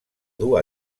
dur